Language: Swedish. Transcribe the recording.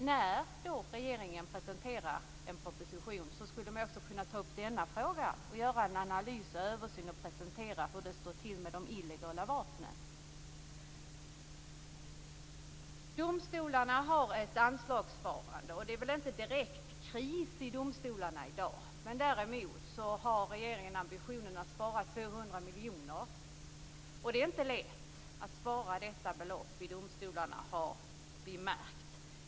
När regeringen presenterar en proposition skulle man också kunna ta upp denna fråga, göra en analys och översyn och presentera hur det står till med de illegala vapnen. Domstolarna har ett anslagssparande. Det är väl inte direkt kris i domstolarna i dag, men regeringen har ambitionen att spara 200 miljoner. Det är inte lätt att spara detta belopp i domstolarna, har vi märkt.